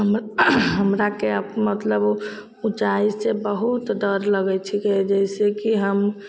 हम हमराके अप मतलब उँचाइसे बहुत डर लागै छिकै जइसेकि हम